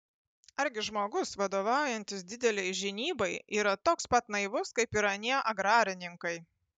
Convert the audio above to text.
argi žmogus vadovaujantis didelei žinybai yra toks pat naivus kaip ir anie agrarininkai